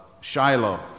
Shiloh